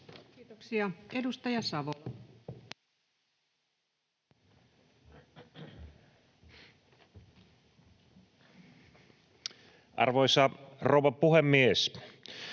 Kiitoksia. — Edustaja Savola. Arvoisa rouva puhemies!